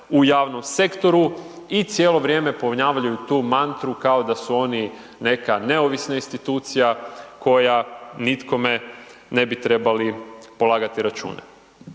u javnom sektoru i cijelo vrijeme, ponavljaju tu mantra, kao da su oni neka neovisna institucija, koja nikome ne bi trebali polagati račune.